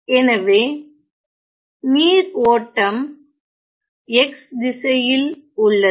எனவே நீர் ஓட்டம் x திசையில் உள்ளது